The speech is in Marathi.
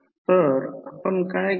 तर आपण काय करू